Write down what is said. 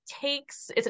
takes